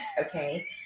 okay